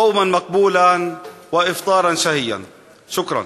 ברצוני לאחל צום מבורך ואפטאר טעים.) תודה.